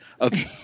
Okay